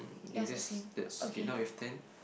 okay that's that's okay now we have ten